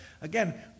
again